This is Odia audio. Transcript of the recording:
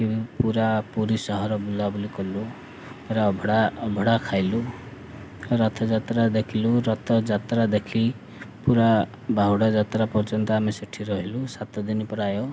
କି ପୁରା ପୁରୀ ସହର ବୁଲାବୁଲି କଲୁ ପୁରା ଅଭଡ଼ା ଅଭଡ଼ା ଖାଇଲୁ ରଥଯାତ୍ରା ଦେଖିଲୁ ରଥଯାତ୍ରା ଦେଖି ପୁରା ବାହୁଡ଼ା ଯାତ୍ରା ପର୍ଯ୍ୟନ୍ତ ଆମେ ସେଠି ରହିଲୁ ସାତ ଦିନ ପ୍ରାୟ